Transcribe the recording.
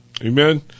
Amen